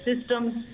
systems